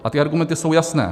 A ty argumenty jsou jasné.